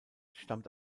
stammt